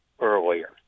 earlier